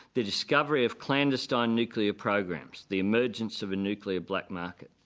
the discovery of clandestine and nuclear programs, the emergence of a nuclear black market.